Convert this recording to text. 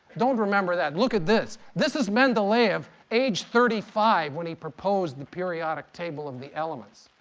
don't remember that. look at this. this is mendeleyev, age thirty five, when he proposed the periodic table of the elements.